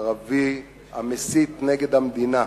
ערבי המסית נגד המדינה.